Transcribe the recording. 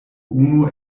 unu